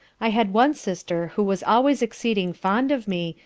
i had one sister who was always exceeding fond of me,